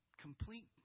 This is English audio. complete